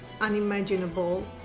unimaginable